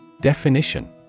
Definition